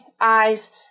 eyes